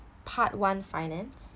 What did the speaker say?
part one finance